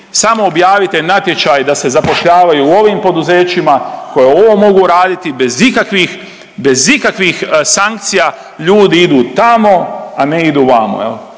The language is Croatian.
samo objavite natječaj da se zapošljavaju u ovim u poduzećima koji ovo mogu raditi bez ikakvih, bez ikakvih sankcija ljudi idu tamo, a ne idu vamo